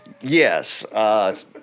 Yes